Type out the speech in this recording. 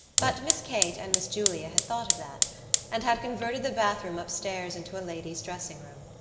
but miss kate and miss julia had thought of that and had converted the bathroom upstairs into a ladies' dressing-room.